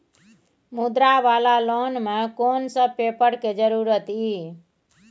मुद्रा वाला लोन म कोन सब पेपर के जरूरत इ?